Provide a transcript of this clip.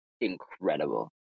incredible